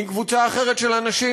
עם קבוצה אחרת של אנשים,